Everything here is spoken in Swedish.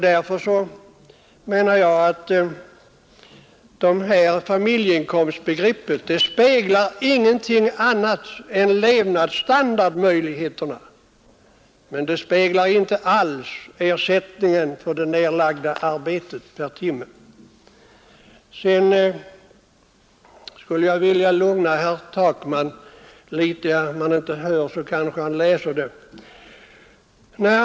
Därför menar jag att familjeinkomstbegreppet speglar ingenting annat än levnadsstandard men inte alls ersättningen för det nedlagda arbetet per timme. Jag skulle vilja lugna herr Takman litet — och om han inte hör vad jag säger så kanske han läser det; han är ju inte inne i kammaren just nu.